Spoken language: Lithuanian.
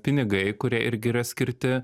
pinigai kurie irgi yra skirti